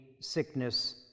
sickness